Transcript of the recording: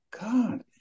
God